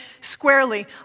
squarely